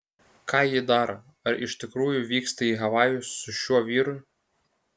ką ji daro ar iš tikrųjų vyksta į havajus su šiuo vyru